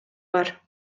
бар